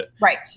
Right